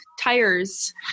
tires